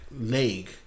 leg